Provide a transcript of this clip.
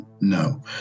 no